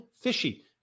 fishy